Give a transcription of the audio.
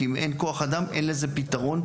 כי אם אין כוח אדם אין לזה פתרון.